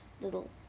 little